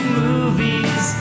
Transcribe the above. movies